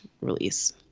release